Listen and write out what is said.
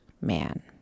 man